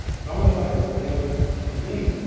it's almost like it was tailored for me!